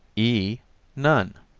e none.